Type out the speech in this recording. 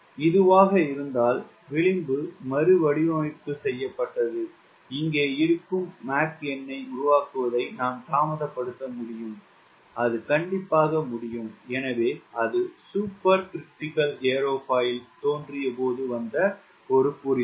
இதுவாக இருந்தால் விளிம்பு மறுவடிவமைப்பு செய்யப்பட்டது இங்கே இருக்கும் மாக் எண்ணை உருவாக்குவதை நான் தாமதப்படுத்த முடியும் அது முடியும் எனவே அது சூப்பர் கிரிட்டிகல் ஏரோஃபாயில் தோன்றியபோது வந்த புரிதல்